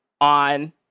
on